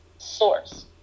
source